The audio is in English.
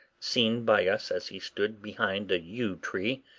seen by us as he stood behind a yew-tree,